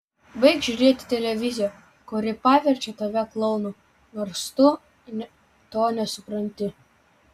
baik žiūrėti televiziją kuri paverčia tave klounu nors tu to nesupranti